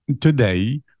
today